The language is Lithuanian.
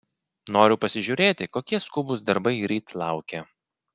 noriu pasižiūrėti kokie skubūs darbai ryt laukia